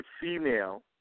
female